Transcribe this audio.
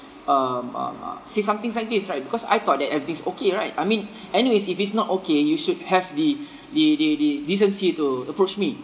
um uh uh say somethings like this right because I thought that everything is okay right I mean anyways if it's not okay you should have the the the the decency to approach me